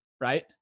right